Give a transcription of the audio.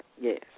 Yes